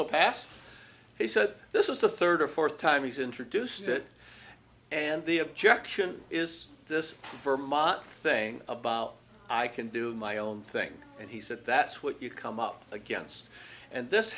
will pass he said this is the third or fourth time he's introduced it and the objection is this vermont thing about i can do my own thing and he said that's what you come up against and this